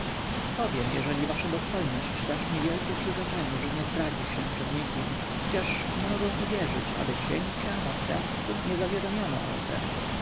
powiem jeżeli wasza dostojność dasz mi wielkie przyrzeczenie że nie zdradzisz się przed nikim chociaż nie mogę uwierzyć aby księcia następcy nie zawiadomiono o tem